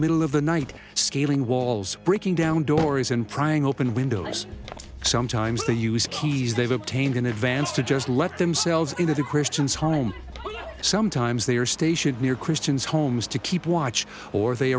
middle of the night scaling walls breaking down doors and prying open windows sometimes they use keys they've obtained in advance to just let themselves into the christian's home sometimes they are stationed near christians homes to keep watch or they